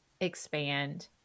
expand